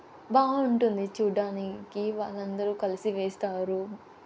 బాగుంటుంది చూడడానికి వాళ్ళందరూ కలిసి వేస్తారు